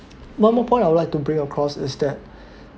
one more point I would like to bring across is that